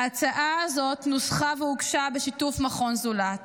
ההצעה הזאת נוסחה והוגשה בשיתוף מכון "זולת".